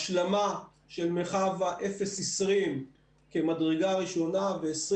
השלמה של מרחב ה-0 20 כמדרגה ראשונה ו-20